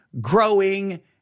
growing